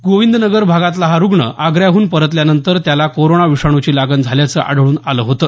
गोविंदनगर भागातला हा रुग्ण आग्र्याहून परतल्यानंतर त्याला कोरोना विषाणूची लागण झाल्याचं आढळून आलं होतं